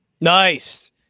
nice